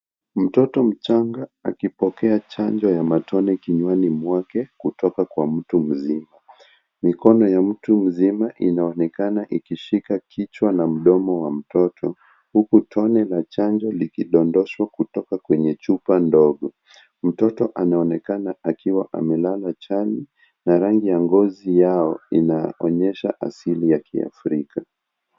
Mtoto mchanga akipokea chanjo ya matone kinywani mwake kutoka kwa mtu mzima. Mikono ya mtu mzima inaonekana ikishika kichwa na mkono wa mtoto, huku tone la chanjo likidondoshwa kutoka kwenye chupa ndogo. Mtoto anaonekana akiwa amelala chani na rangi ya ngozi yao inaonyesha asili ya kiafrika.